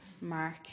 Mark